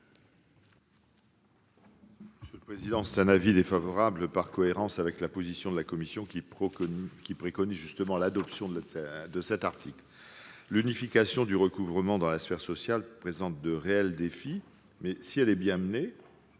commission ? L'avis est défavorable, par cohérence avec la position de la commission, qui préconise justement l'adoption de cet article. L'unification du recouvrement dans la sphère sociale présente de réels défis, mais, si elle est bien menée,